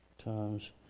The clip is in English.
Times